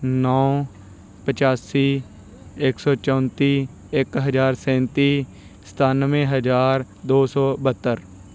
ਨੌਂ ਪਚਾਸੀ ਇੱਕ ਸੌ ਚੌਂਤੀ ਇੱਕ ਹਜ਼ਾਰ ਸੈਂਤੀ ਸਤਾਨਵੇਂ ਹਜ਼ਾਰ ਦੋ ਸੌ ਬਹੱਤਰ